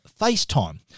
FaceTime